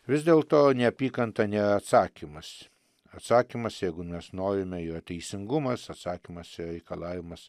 vis dėlto neapykanta nėra atsakymas atsakymas jeigu mes norime yra teisingumas atsakymas ir reikalavimus